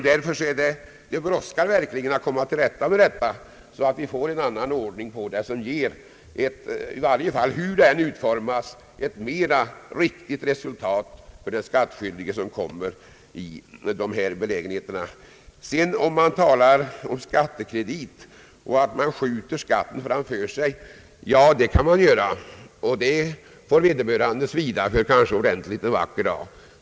Det brådskar verkligen med att komma till rätta med detta så att vi får en annan ordning som, hur den än utformas, ger riktigare resultat för den skattskyldige som råkar i denna belägenhet. Det talas om skattekredit och att man skjuter skatten framför sig. Ja, det kan man göra, och det får vederbörande kanske svida för en vacker dag.